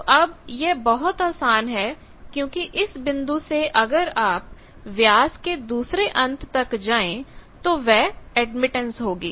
तो अब यह बहुत आसान है क्योंकि इस बिंदु से अगर आप व्यास के दूसरे अंत तक जाए तो वह एडमिटेंस होगी